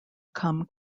come